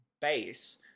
base